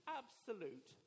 absolute